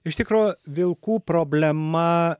iš tikro vilkų problema